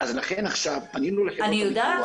לכן עכשיו פנינו לחברות ביטוח --- אני יודעת,